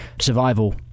survival